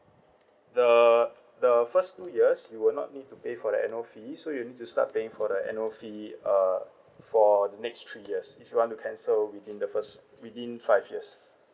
the the first two years you will not need to pay for the annual fee so you need to start paying for the annual fee uh for the next three years if you want to cancel within the first within five years